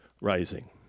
rising